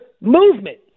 movement